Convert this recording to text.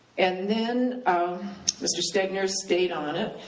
and then mr stegner stayed on it,